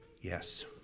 Yes